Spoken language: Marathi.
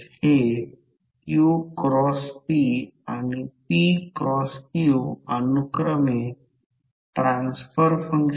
तर आता आपल्याला माहीत आहे की reactance R L A L A 0 r ampere turn आहे